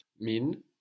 Min